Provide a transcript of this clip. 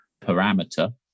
parameter